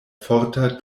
forta